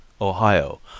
Ohio